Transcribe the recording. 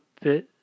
bit